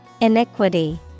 Iniquity